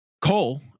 Cole